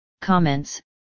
comments